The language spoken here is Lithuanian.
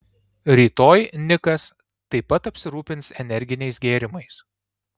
rytoj nikas taip pat apsirūpins energiniais gėrimais